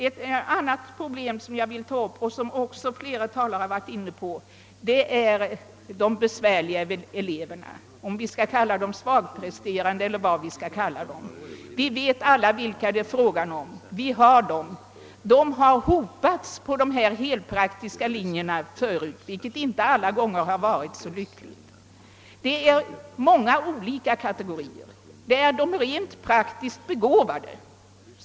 Ett annat problem som jag här vill ta upp och som flera talare har varit inne på är de besvärliga eleverna, om vi nu skall kalla dem svagpresterande eller något annat. Alla vet vilka elever det rör sig om. Vi har dem. De har tidigare hopats på de helpraktiska linjerna, vilket inte alla gånger har varit så lyckligt. De eleverna består av många olika kategorier. Vi har t.ex. dem som är uteslutande praktiskt begåvade.